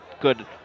good